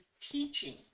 teaching